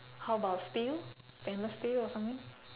how about steel stainless steel or something